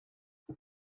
ond